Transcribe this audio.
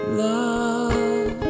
love